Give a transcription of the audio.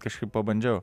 kažkaip pabandžiau